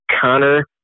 Connor